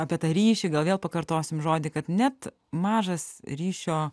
apie tą ryšį gal vėl pakartosim žodį kad net mažas ryšio